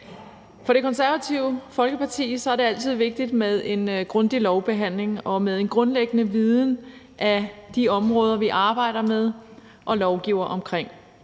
For Det Konservative Folkeparti er det altid vigtigt med en grundig lovbehandling og med en grundlæggende viden om de områder, vi arbejder med og lovgiver omkring.